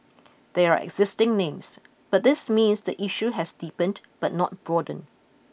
they are existing names but this means the issue has deepened but not broadened